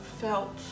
felt